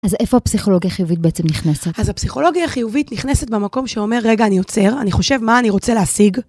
אז איפה הפסיכולוגיה החיובית בעצם נכנסת? אז הפסיכולוגיה החיובית נכנסת במקום שאומר, רגע, אני עוצר, אני חושב מה אני רוצה להשיג.